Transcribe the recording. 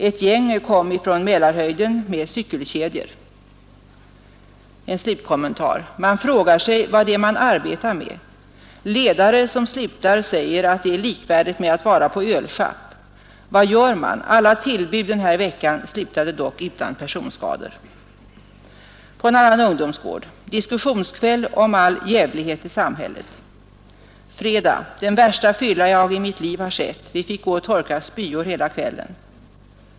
——— Ett gäng från Mälarhöjden kom med cykelkedjor.” Och så en slutkommentar från den ungdomsgården: ”Man frågar sig vad det är man arbetar med. Ledare som slutar säger att det är likvärdigt med att vara på ölschapp. Vad gör man? Alla tillbud den här veckan slutade utan personskador.” På en annan ungdomsgård: ”Diskussionskväll om djävlighet i samhället. ——— Fredag: den värsta fylla jag i mitt liv har sett. Vi fick gå och torka spyor hela kvällen.